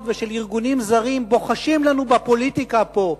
ושל ארגונים זרים בוחשות לנו בפוליטיקה פה,